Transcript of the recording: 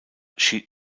schied